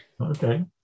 Okay